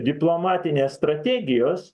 diplomatinės strategijos